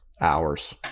Hours